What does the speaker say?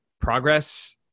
progress